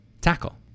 tackle